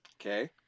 Okay